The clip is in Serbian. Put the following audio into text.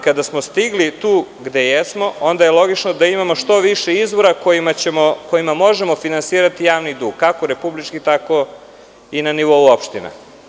Kada smo stigli tu gde jesmo, onda je logično da imamo što više izvora kojima možemo finansirati javni dug, kako republički, tako i na nivou opština.